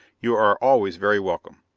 you are always very welcome.